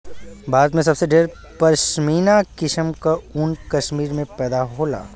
भारत में सबसे ढेर पश्मीना किसम क ऊन कश्मीर में पैदा होला